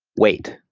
wait,